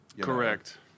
Correct